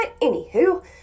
anywho